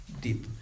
deep